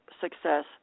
success